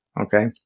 Okay